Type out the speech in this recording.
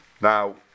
Now